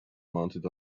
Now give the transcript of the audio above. mounted